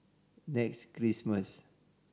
next Christmas